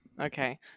Okay